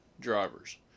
drivers